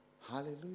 Hallelujah